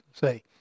say